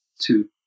two